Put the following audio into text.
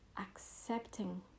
accepting